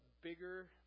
bigger